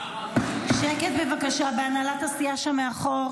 שקט בבקשה בהנהלת הסיעה שם מאחור.